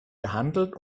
gehandelt